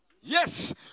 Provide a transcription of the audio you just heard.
Yes